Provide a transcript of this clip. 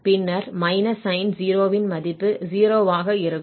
பின்னர் −sin0 ன் மதிப்பு 0 ஆக இருக்கும்